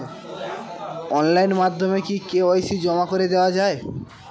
Online মাধ্যমে কি KYC জমা করে দেওয়া য়ায়?